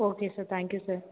okay sir thank you sir